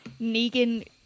negan